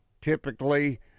typically